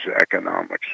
economics